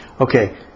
Okay